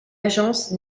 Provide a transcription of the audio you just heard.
agence